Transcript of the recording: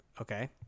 Okay